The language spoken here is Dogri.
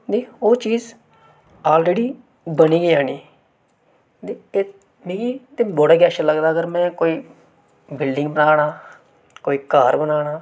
नेईं ओह् चीज ऑलरेडी बनी गै जानी मिगी ते बड़ा गे अच्छा लगदा अगर में कोई बिलडिंग ब'नाना कोई घर ब'नाना